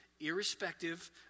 irrespective